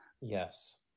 Yes